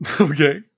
Okay